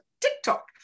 TikTok